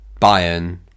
Bayern